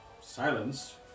Silence